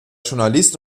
journalist